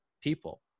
people